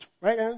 right